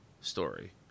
story